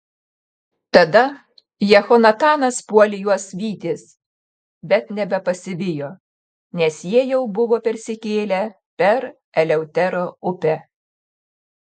tada jehonatanas puolė juos vytis bet nebepasivijo nes jie jau buvo persikėlę per eleutero upę